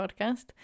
podcast